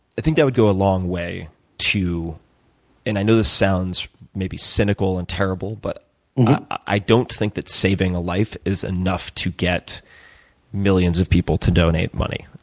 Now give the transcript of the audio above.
i think that would go a long way to and i know this sounds maybe cynical and terrible, but i don't think that saving a life is enough to get millions of people to donate money.